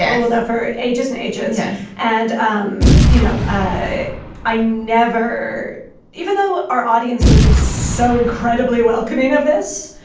yeah well that for ages and ages yeah and um you know i i never even though our audience would've been so incredibly welcoming of this,